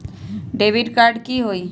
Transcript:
Debit card की होई?